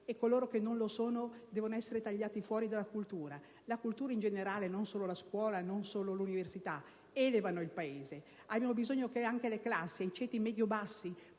e coloro che non lo sono debbano essere tagliati fuori dalla cultura? La cultura in generale, non solo la scuola o l'università, elevano il Paese. Abbiamo bisogno che anche i ceti medio-bassi